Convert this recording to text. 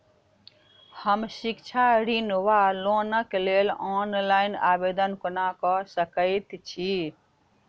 हम शिक्षा ऋण वा लोनक लेल ऑनलाइन आवेदन कोना कऽ सकैत छी?